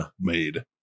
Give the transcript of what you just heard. made